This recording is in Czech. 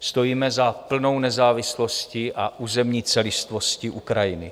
Stojíme za plnou nezávislostí a územní celistvostí Ukrajiny.